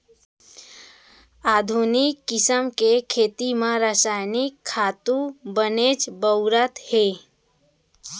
आधुनिक किसम के खेती म रसायनिक खातू बनेच बउरत हें